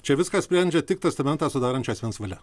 čia viską sprendžia tik testamentą sudarančio asmens valia